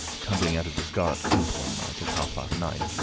tumbling out of the scarlet coat one night, at half-past nine,